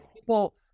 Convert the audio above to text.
people